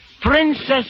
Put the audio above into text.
Princess